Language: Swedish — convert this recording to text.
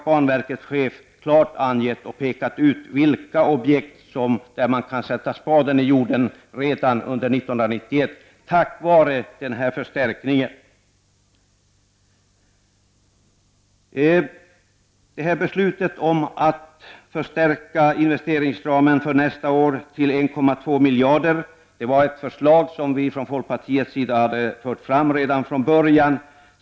Banverkets chef har klart pekat ut för vilka objekt man kan sätta spaden i jorden redan under 1991 tack vare denna förstärkning. Att investeringsramen för nästa år skulle förstärkas till 1,2 miljarder var ett förslag som vi från folkpartiets sida hade fört fram redan från början.